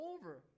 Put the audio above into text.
over